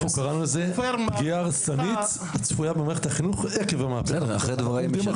אנחנו קראנו לזה פגיעה הרסנית שצפויה במערכת החינוך עקב המהפכה המשפטית,